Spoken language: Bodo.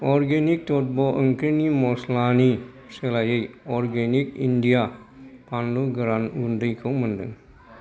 अरगेनिक तभ्य ओंख्रिनि मस्लानि सोलायै अरगेनिक इण्डिया फानलु गोरान गुन्दैखौ मोन्दों